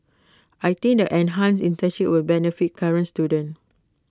I think the enhanced internships will benefit current students